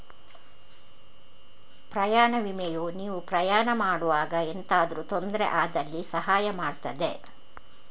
ಪ್ರಯಾಣ ವಿಮೆಯು ನೀವು ಪ್ರಯಾಣ ಮಾಡುವಾಗ ಎಂತಾದ್ರೂ ತೊಂದ್ರೆ ಆದಲ್ಲಿ ಸಹಾಯ ಮಾಡ್ತದೆ